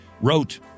wrote